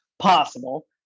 possible